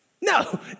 No